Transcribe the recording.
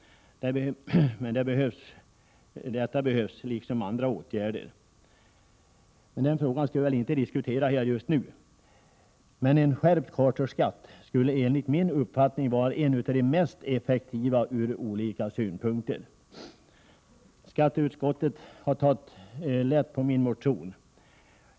Detta behövs, liksom andra åtgärder, men den frågan skall vi väl inte diskutera här just nu. En skärpt charterskatt skulle dock enligt min uppfattning vara en av de mest effektiva åtgärderna ur olika synpunkter. Skatteutskottet har tagit lätt på min motion.